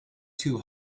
too